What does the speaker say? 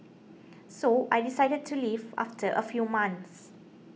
so I decided to leave after a few months